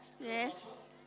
Yes